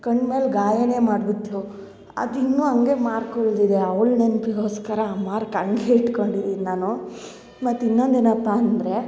ಕಣ್ಣು ಮೇಲೆ ಗಾಯವೇ ಮಾಡ್ಬಿಟ್ಟಳು ಅದು ಇನ್ನು ಹಂಗೆ ಮಾರ್ಕ್ ಉಳಿದಿದೆ ಅವ್ಳ ನೆನಪಿಗೋಸ್ಕರ ಆ ಮಾರ್ಕ್ ಹಂಗೆ ಇಟ್ಕೊಂಡಿದ್ದೀನಿ ನಾನು ಮತ್ತು ಇನ್ನೊಂದು ಏನಪ್ಪಾ ಅಂದರೆ